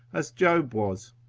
as job was,